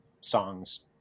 songs